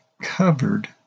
covered